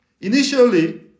Initially